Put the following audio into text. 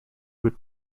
would